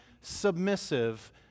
submissive